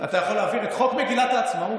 אתה יכול להעביר את חוק מגילת העצמאות?